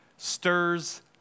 stirs